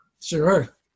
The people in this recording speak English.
sure